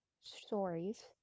stories